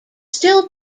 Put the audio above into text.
still